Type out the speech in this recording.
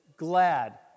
glad